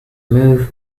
move